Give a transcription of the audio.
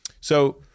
So-